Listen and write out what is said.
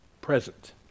present